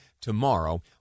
Tomorrow